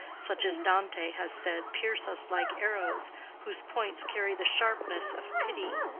such as dante has said pierce us like arrows whose points carry the sharpness of pity,